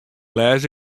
lês